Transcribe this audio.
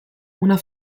una